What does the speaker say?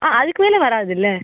ஆ அதுக்கு மேலே வராதுல்ல